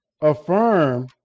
affirm